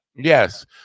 Yes